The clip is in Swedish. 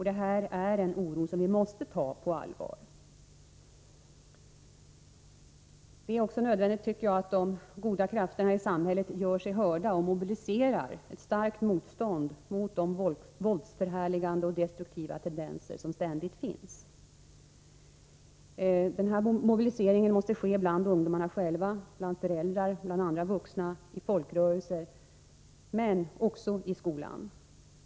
Det här är en oro som vi måste ta på allvar. Det är också nödvändigt att de goda krafterna i samhället gör sig hörda och mobiliserar ett starkt motstånd mot de våldsförhärligande och destruktiva tendenser som ständigt finns. Den här mobiliseringen måste ske bland ungdomarna själva, bland föräldrar och andra vuxna samt i folkrörelser men också i skolan.